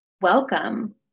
Welcome